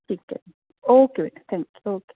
ਠੀਕ ਹੈ ਓਕੇ ਬੇਟਾ ਥੈਂਕ ਯੂ ਓਕੇ